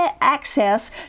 access